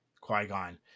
Qui-Gon